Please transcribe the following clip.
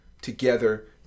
together